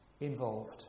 involved